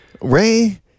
Ray